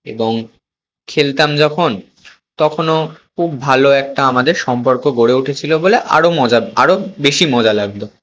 এবং খেলতাম যখন তখনো খুব ভালো একটা আমাদের সম্পর্ক গড়ে উঠেছিলো বলে আরো মজা আরো বেশি মজা লাগতো